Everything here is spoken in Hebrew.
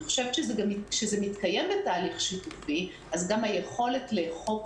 אני חושב שכאשר זה מתקיים בתהליך שיתופי אז גם היכולת לאכוף